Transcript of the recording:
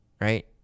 Right